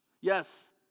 Yes